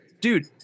dude